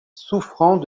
souffrant